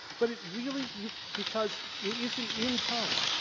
but it really you, because it isn't in time.